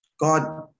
God